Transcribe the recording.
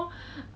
这些的